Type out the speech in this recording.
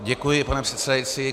Děkuji, pane předsedající.